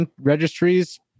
registries